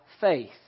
faith